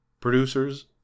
producers